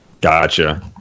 Gotcha